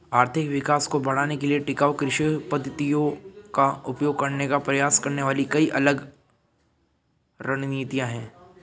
आर्थिक विकास को बढ़ाने के लिए टिकाऊ कृषि पद्धतियों का उपयोग करने का प्रयास करने वाली कई अलग रणनीतियां हैं